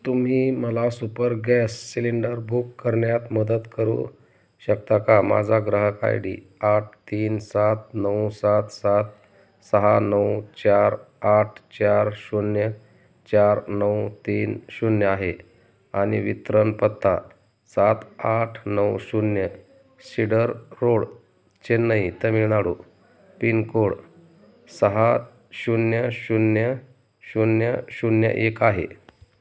तुम्ही मला super gas cylinder book करण्यात मदत करू शकता का माझा ग्राहक आय डी आठ तीन सात नऊ सात सात सहा नऊ चार आठ चार शून्य चार नऊ तीन शून्य आहे आणि वितरण पत्ता सात आठ नऊ शून्य Cedar Road Chennai Tamil Nadu pin code सहा शून्य शून्य शून्य शून्य एक आहे